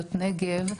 בשדות נגב.